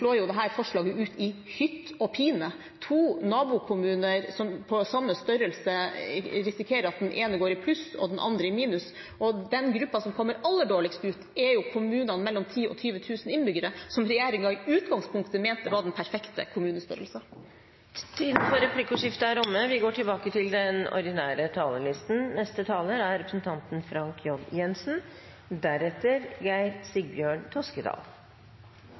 pine: To nabokommuner av samme størrelse risikerer at den ene går i pluss og den andre i minus, og den gruppen som kommer aller dårligst ut, er kommunene med mellom 10 000 og 20 000 innbyggere, som regjeringen i utgangspunktet mente var den perfekte kommunestørrelse. Replikkordskiftet er dermed omme.